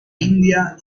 india